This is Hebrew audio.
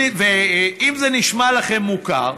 ואם זה נשמע לכם מוכר,